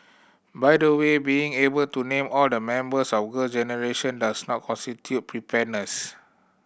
by the way being able to name all the members of Girl Generation does not constitute preparedness